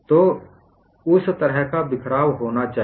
तो उस तरह का बिखराव होना चाहिए